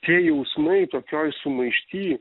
tie jausmai tokioj sumaišty